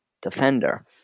defender